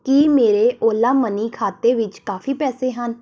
ਕੀ ਮੇਰੇ ਓਲਾਮਨੀ ਖਾਤੇ ਵਿੱਚ ਕਾਫ਼ੀ ਪੈਸੇ ਹਨ